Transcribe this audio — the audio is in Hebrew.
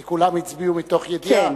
כי כולם הצביעו מתוך ידיעה.